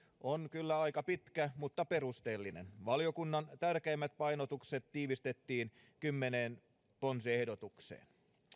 on kyllä aika pitkä mutta perusteellinen valiokunnan tärkeimmät painotukset tiivistettiin kymmeneen ponsiehdotukseen